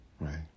right